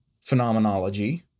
phenomenology –